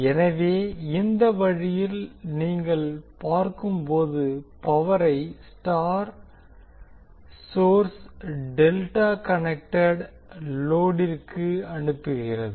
எனவே இந்த வழியில் நீங்கள் பார்க்கும் போது பவரை ஸ்டார் சோர்ஸ் டெல்டா கனெக்டெட் லோடிற்கு அனுப்புகிறது